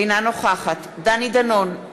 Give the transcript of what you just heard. אינה נוכחת דני דנון,